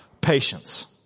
patience